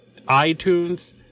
iTunes